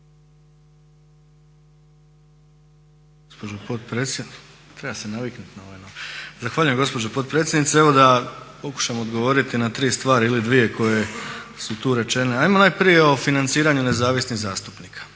uprave Arsen Bauk. **Bauk, Arsen (SDP)** Zahvaljujem gospođo potpredsjednice. Evo da pokušam odgovoriti na tri stvari ili dvije koje su tu rečene. Hajmo najprije o financiranju nezavisnih zastupnika